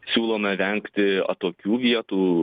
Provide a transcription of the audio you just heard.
siūlome vengti atokių vietų